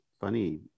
funny